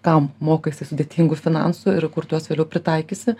kam mokaisi sudėtingų finansų ir kur tu juos vėliau pritaikysi